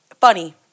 Funny